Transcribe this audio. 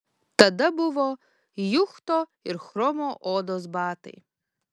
tada buvo juchto ir chromo odos batai